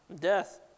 Death